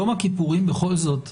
יום הכיפורים בכל זאת --- לא,